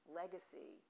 legacy